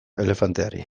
elefanteari